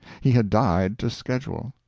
he had died to schedule.